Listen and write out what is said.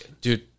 Dude